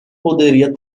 poderia